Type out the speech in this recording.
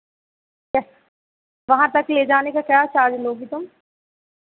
वहाँ तक ले जाने का क्या चार्ज लोगी तुम